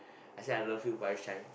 I say I love you but I shy